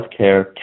Healthcare